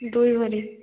ଦୁଇ ଭରି